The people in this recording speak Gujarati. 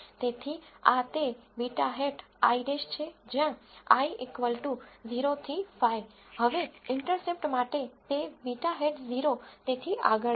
તેથી આ તે β̂ i' છે જ્યાં i 0 થી 5 હવે ઇન્ટરસેપ્ટ માટે તે β̂ 0 તેથી આગળ છે